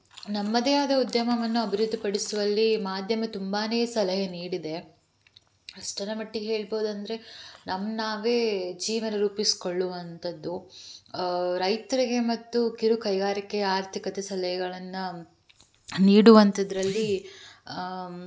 ನಮ್ಮದೇ ಆದ ಉದ್ಯಮವನ್ನು ಅಭಿವೃದ್ದಿ ಪಡಿಸುವಲ್ಲಿ ಮಾಧ್ಯಮ ತುಂಬಾ ಸಲಹೆ ನೀಡಿದೆ ಎಷ್ಟರ ಮಟ್ಟಿಗೆ ಹೇಳ್ಬೋದು ಅಂದರೆ ನಮ್ಮ ನಾವೇ ಜೀವನ ರೂಪಿಸಿಕೊಳ್ಳುವಂಥದ್ದು ರೈತರಿಗೆ ಮತ್ತು ಕಿರು ಕೈಗಾರಿಕೆಯ ಆರ್ಥಿಕತೆ ಸಲಹೆಗಳನ್ನು ನೀಡುವಂತಹದ್ರಲ್ಲಿ